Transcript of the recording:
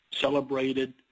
celebrated